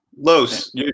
Los